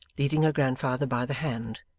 leading her grandfather by the hand.